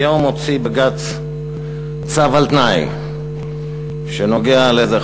היום הוציא בג"ץ צו על תנאי שנוגע לאיזה